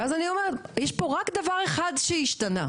ואני אומרת, יש פה רק דבר אחד שהשתנה.